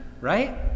right